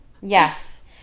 Yes